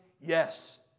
Yes